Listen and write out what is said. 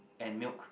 and milk